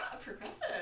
progressive